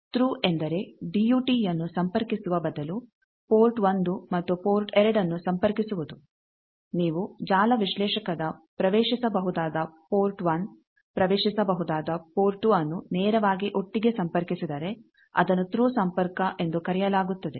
through ಎಂದರೆ ಡಿಯೂಟಿಯನ್ನು ಸಂಪರ್ಕಿಸುವ ಬದಲು ಪೋರ್ಟ್ 1 ಮತ್ತು ಪೋರ್ಟ್2 ನ್ನು ಸಂಪರ್ಕಿಸುವುದು ನೀವು ಜಾಲ ವಿಶ್ಲೇಷಕದ ಪ್ರವೇಶಿಸಬಹುದಾದ ಪೋರ್ಟ್ 1 ಪ್ರವೇಶಿಸಬಹುದಾದ ಪೋರ್ಟ್ 2 ನ್ನು ನೇರವಾಗಿ ಒಟ್ಟಿಗೆ ಸಂಪರ್ಕಿಸಿದರೆ ಅದನ್ನು ಥ್ರೂ ಸಂಪರ್ಕ ಎಂದು ಕರೆಯಲಾಗುತ್ತದೆ